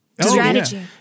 Strategy